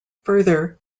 further